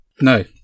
No